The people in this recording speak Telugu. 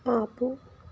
ఆపు